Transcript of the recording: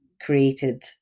created